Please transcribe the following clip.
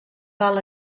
val